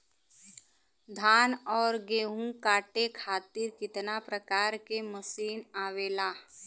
धान और गेहूँ कांटे खातीर कितना प्रकार के मशीन आवेला?